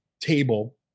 table